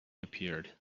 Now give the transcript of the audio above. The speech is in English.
appeared